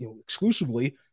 exclusively